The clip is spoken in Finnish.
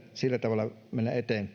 sillä tavalla